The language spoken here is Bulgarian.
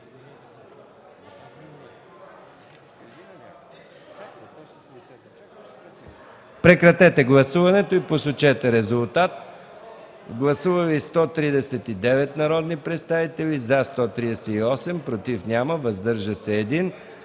Прекратете гласуването и посочете резултата. Гласували 133 народни представители: за 93, против 8, въздържали се 32.